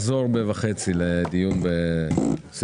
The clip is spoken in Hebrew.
נחזור ב-12:20 להצביע.